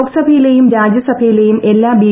ലോക്സഭയിലെയും രാജ്യസഭയിലെയും എല്ലാ ബി